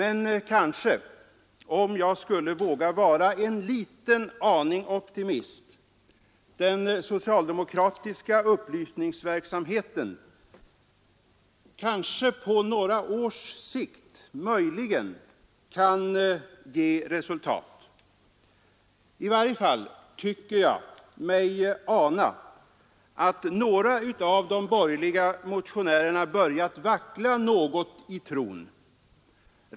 Om jag ändock skulle vara en liten aning optimistisk kanske jag kunde våga förmoda att den socialdemokratiska upplysningsverksamheten på några års sikt möjligen kan ge resultat. I varje fall tycker jag mig ana att några av de borgerliga motionärerna har börjat vackla något i tron.